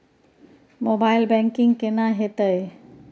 Mobile banking केना हेते?